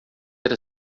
era